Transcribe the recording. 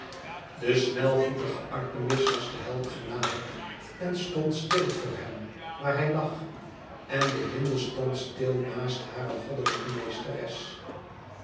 de snelvoetige artemis was den held genaderd en stond stil voor hem waar hij lag en de hinde stond stil naast hare goddelijke meesteres